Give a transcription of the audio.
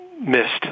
missed